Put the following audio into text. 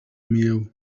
meal